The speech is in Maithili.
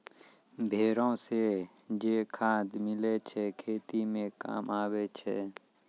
भेड़ो से जे खाद मिलै छै खेती मे काम आबै छै